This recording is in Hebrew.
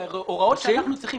תשים.